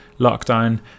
lockdown